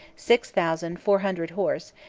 six thousand four hundred horse,